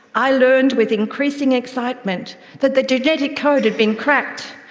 i learned with increasing excitement that the genetic code had been cracked,